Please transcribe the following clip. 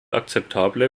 akzeptable